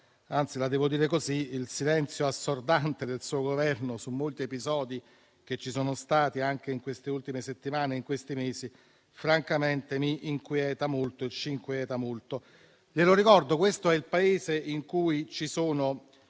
anzi la devo dire così: il silenzio assordante del suo Governo su molti episodi che ci sono stati anche in queste ultime settimane e in questi mesi, francamente, mi e ci inquieta molto. Le ricordo che questo è il Paese in cui ci sono